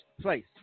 place